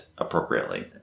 appropriately